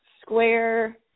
square –